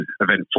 event